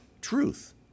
truth